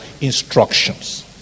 instructions